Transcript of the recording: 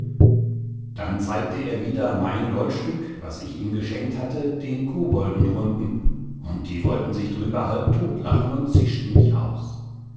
dann zeigte er wieder mein goldstück was ich ihm geschenkt hatte den kobolden drunten und die wollten sich drüber halb totlachen und zischten mich aus